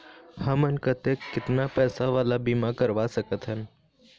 हमन कतेक कितना पैसा वाला बीमा करवा सकथन?